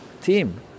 team